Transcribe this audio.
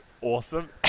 awesome